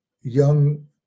young